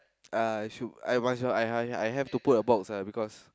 uh it's true I I I I have to put a box lah because